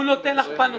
הוא מציג לך פן נוסף.